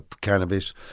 cannabis